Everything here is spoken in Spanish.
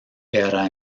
era